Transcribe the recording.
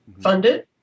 funded